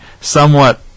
somewhat